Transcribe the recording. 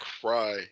cry